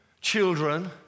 children